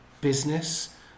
business